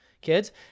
kids